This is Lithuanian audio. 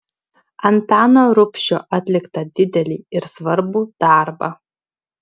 antano rubšio atliktą didelį ir svarbų darbą